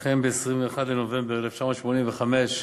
אכן ב-21 בנובמבר 1985,